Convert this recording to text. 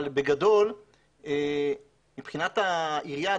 מבחינת העירייה,